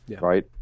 right